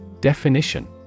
Definition